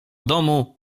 domu